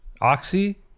oxy